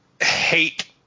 hate